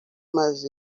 mas